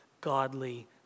godly